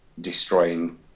destroying